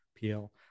PL